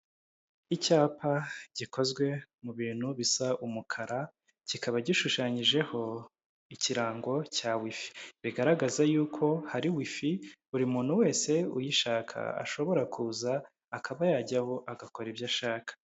Icyapa gikozwe mu bintu bisa umukara kikaba gishushanyijeho ikirango cya wifi, bigaragaza yuko hari wifi buri muntu wese uyishaka ashobora kuza akaba yajyaho agakora ibyo ashaka.